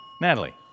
Natalie